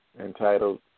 entitled